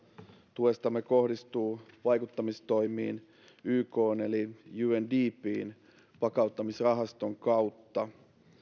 tuestamme kohdistuu vaikuttamistoimiin ykn eli undpn vakauttamisrahaston kautta